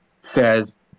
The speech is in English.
says